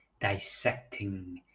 dissecting